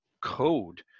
code